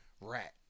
rat